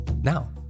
now